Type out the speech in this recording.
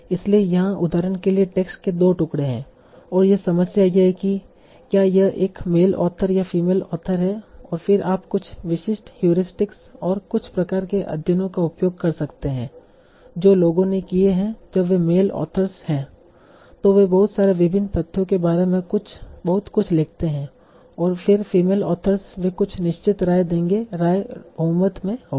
इसलिए यहाँ उदाहरण के लिए टेक्स्ट के दो टुकड़े हैं और समस्या यह है कि क्या यह एक मेल ऑथर या फीमेल ऑथर है और फिर आप कुछ विशिष्ट हयूरिस्टिक और कुछ प्रकार के अध्ययनों का उपयोग कर सकते हैं जो लोगों ने किए हैं कि जब वे मेल ऑथर्स हैंतो वे बहुत सारे विभिन्न तथ्यों के बारे में बहुत कुछ लिखते हैऔर फिर फीमेल ऑथर्स वे कुछ निश्चित राय देगे राय बहुमत में होगी